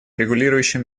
регулирующим